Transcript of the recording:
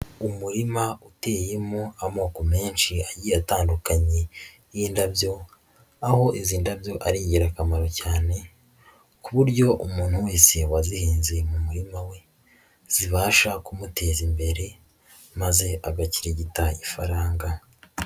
Umurima uteyemo amoko menshi agiye atandukanye y'indabyo, aho izi ndabyo ari ingirakamaro cyane, ku buryo umuntu wese wazihinze mu murima we zibasha kumuteza imbere maze agakirigita ifaranga.